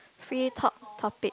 free talk topic